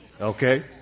Okay